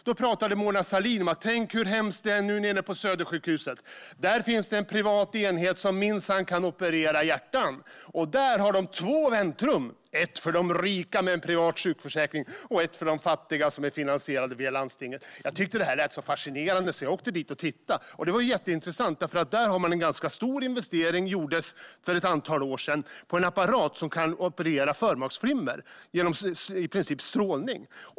Då talade Mona Sahlin om hur hemskt det var nere på Södersjukhuset. Där finns en privat enhet som minsann kan operera hjärtan, och där har de två väntrum: ett för de rika med privat sjukförsäkring och ett för de fattiga som är finansierade via landstinget. Jag tyckte att detta lät fascinerande, så jag åkte dit och tittade. Det var jätteintressant, för där gjordes för ett antal år sedan en ganska stor investering i en apparat som kan operera förmaksflimmer med hjälp av strålning.